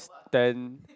stand